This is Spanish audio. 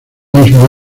mismo